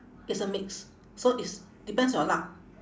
it's a mix so it's depends on your luck